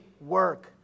work